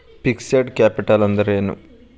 Fixed capital ಅಂದ್ರೇನು?